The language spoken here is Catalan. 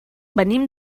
venim